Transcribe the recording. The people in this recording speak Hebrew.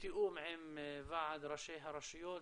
בתיאום עם ועד ראשי הרשויות,